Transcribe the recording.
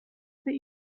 that